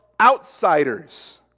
outsiders